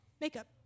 makeup